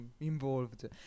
involved